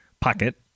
pocket